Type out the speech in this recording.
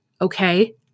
Okay